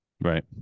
Right